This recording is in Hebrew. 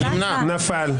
נפל.